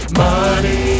money